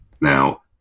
Now